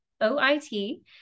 O-I-T